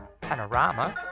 panorama